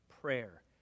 prayer